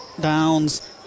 Downs